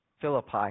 Philippi